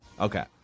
Okay